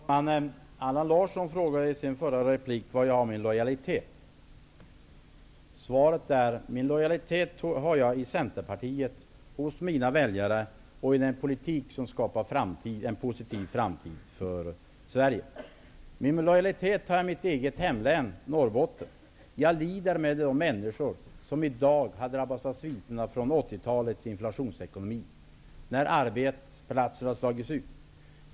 Fru talman! Allan Larsson frågade i sin senaste replik var jag har min lojalitet. Svaret är: Min lojalitet har jag i Centerpartiet, hos mina väljare och i den politik som skapar en positiv framtid för Sverige. Min lojalitet har jag också i mitt eget hemlän, Norrbottens län. Jag lider med de människor som i dag är drabbade av sviterna från 80-talets inflationsekonomi i och med att arbetsplatser slagits ut.